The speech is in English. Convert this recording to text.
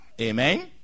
amen